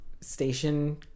Station